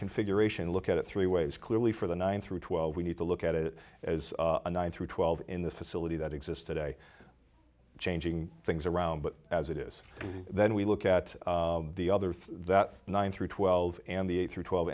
configuration look at it three ways clearly for the nine through twelve we need to look at it as a nine through twelve in the facility that exist today changing things around but as it is then we look at the other thing that nine through twelve and the eight through twelve